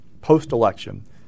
post-election